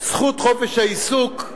זכות חופש העיסוק,